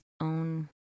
own